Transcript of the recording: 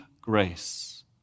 grace